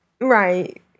Right